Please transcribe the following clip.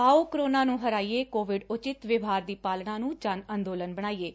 ਆਓ ਕੋਰੋਨਾ ਨੂੰ ਹਰਾਈਏਂ ਕੋਵਿਡ ਉਚਿੱਤ ਵਿਵਹਾਰ ਦੀ ਪਾਲਣਾ ਨੂੰ ਜਨ ਅੰਦੋਲਨ ਬਣਾਈਏ ਂ